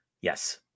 Yes